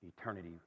eternity